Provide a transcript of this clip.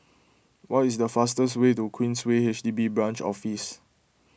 what is the fastest way to Queensway H D B Branch Office